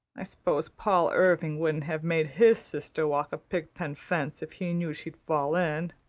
i s'pose paul irving wouldn't have made his sister walk a pigpen fence if he knew she'd fall in?